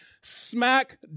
Smack